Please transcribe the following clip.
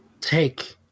take